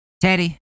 Teddy